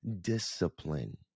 Discipline